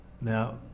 Now